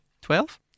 twelve